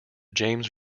james